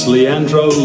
Leandro